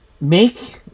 make